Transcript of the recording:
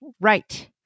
right